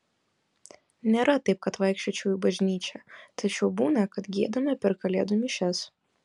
nėra taip kad vaikščiočiau į bažnyčią tačiau būna kad giedame per kalėdų mišias